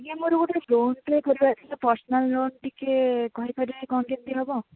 ଆଜ୍ଞା ମୋର ଗୋଟେ ଲୋନ୍ଟେ କରିବାର ଥିଲା ପର୍ସନାଲ୍ ଲୋନ୍ ଟିକିଏ କହିପାରିବେ କ'ଣ କେମିତି ହେବ